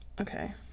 okay